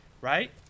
right